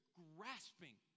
grasping